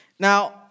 Now